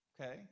Okay